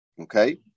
Okay